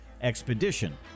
Expedition